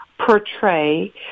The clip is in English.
portray